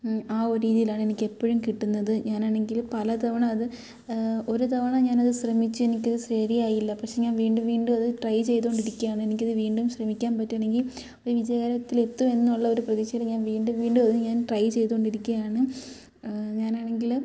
ആ ഒരു രീതിയിലാണ് എനിക്ക് എപ്പോഴും കിട്ടുന്നത് ഞാനാണെങ്കിൽ പലതവണ അത് ഒരുതവണ ഞാനത് ശ്രമിച്ചു എനിക്കത് ശരിയായില്ല പക്ഷേ ഞാൻ വീണ്ടും വീണ്ടും അത് ട്രൈ ചെയ്തു കൊണ്ടിരിക്കുകയാണ് എനിക്കത് വീണ്ടും ശ്രമിക്കാൻ പറ്റാണെങ്കിൽ ഒരു വിജയകരത്തിൽ എത്തും എന്നുള്ള ഒരു പ്രതീക്ഷയിൽ ഞാൻ വീണ്ടും വീണ്ടും അത് ഞാൻ ട്രൈ ചെയ്തു കൊണ്ടിരിക്കുകയാണ് ഞാനാണെങ്കിൽ